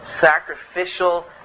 sacrificial